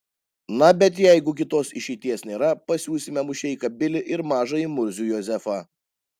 na bet jeigu kitos išeities nėra pasiųsime mušeiką bilį ir mažąjį murzių jozefą